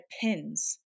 pins